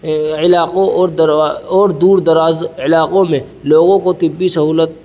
علاقوں اور اور دور دراز علاقوں میں لوگوں کو طبی سہولت